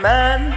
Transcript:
Man